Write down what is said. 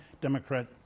Democrat